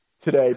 today